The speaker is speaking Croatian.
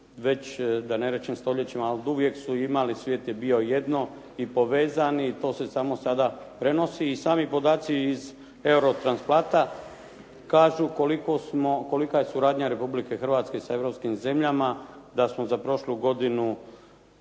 već, da ne rečem stoljećima, oduvijek su imali, svijet je bio jedno i povezani. To se samo sada prenosi. I sami podaci iz Eurotransplata kažu kolika je suradnja Republike Hrvatske sa europskim zemljama da smo za prošlu godinu